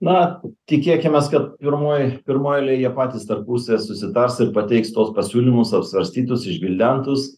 na tikėkimės kad pirmojoj pirmoj eilėj jie patys dar pusės susitars ir pateiks tuos pasiūlymus apsvarstytus išgvildentus